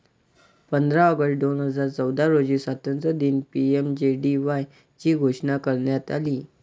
पंधरा ऑगस्ट दोन हजार चौदा रोजी स्वातंत्र्यदिनी पी.एम.जे.डी.वाय ची घोषणा करण्यात आली